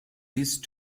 these